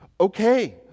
Okay